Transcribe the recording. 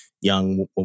young